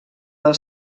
del